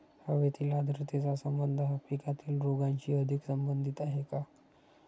हवेतील आर्द्रतेचा संबंध हा पिकातील रोगांशी अधिक संबंधित आहे का?